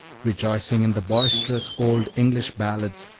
rejoicing in the boisterous old english ballads,